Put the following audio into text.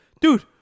dude